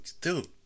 dude